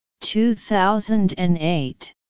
2008